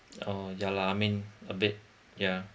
oh ya lah I mean a bit ya